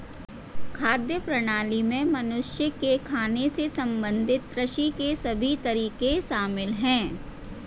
खाद्य प्रणाली में मनुष्य के खाने से संबंधित कृषि के सभी तरीके शामिल है